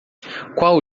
qual